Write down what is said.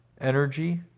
energy